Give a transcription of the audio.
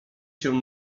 się